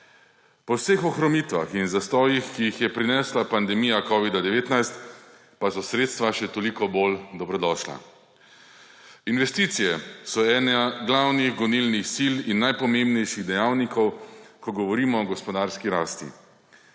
Po vseh ohromitvah in zastojih, ki jih je prinesla pandemija covida-19, pa so sredstva še toliko bolj dobrodošla. Investicije so ena glavnih gonilnih sil in najpomembnejših dejavnikov, ko govorimo o gospodarski rasti.